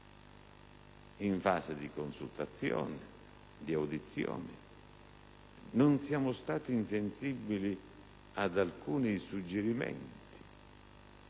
in fase di consultazione e di audizioni. Non siamo stati insensibili ad alcuni suggerimenti,